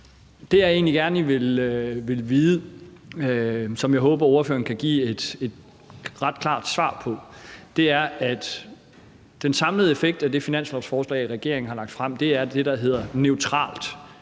Det, jeg egentlig gerne vil vide, som jeg håber ordføreren kan give et ret klart svar på, handler om den samlede effekt. I det finanslovsforslag, som regeringen har lagt frem, er det neutralt